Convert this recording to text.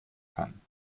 kann